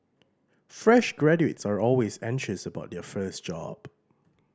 fresh graduates are always anxious about their first job